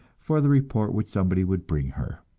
for the report which somebody would bring her.